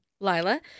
Lila